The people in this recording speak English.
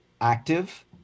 active